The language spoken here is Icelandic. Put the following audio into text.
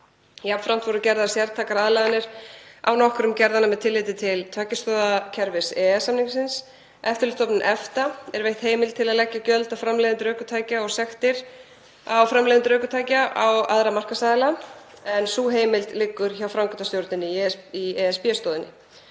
Jafnframt voru gerðar sértækar aðlaganir á nokkrum gerðanna með tilliti til tveggja stoða kerfis EES-samningsins. Eftirlitsstofnun EFTA er veitt heimild til að leggja gjöld á framleiðendur ökutækja og sektir á framleiðendur ökutækja og aðra markaðsaðila, en sú heimild liggur hjá framkvæmdastjórninni í ESB-stoðinni.